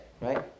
right